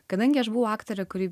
kadangi aš buvau aktorė kuri